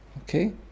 okay